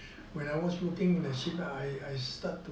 when I was working in the shipyard I start to